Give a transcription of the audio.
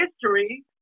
history